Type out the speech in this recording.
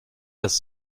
das